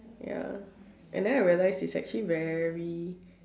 ya and then I realise it's actually very